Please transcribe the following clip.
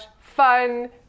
fun